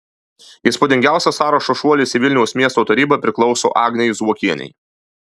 įspūdingiausias sąrašo šuolis į vilniaus miesto tarybą priklauso agnei zuokienei